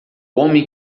homem